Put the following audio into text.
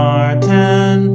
Martin